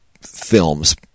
films